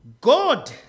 God